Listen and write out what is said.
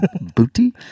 Booty